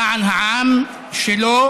למען העם שלו,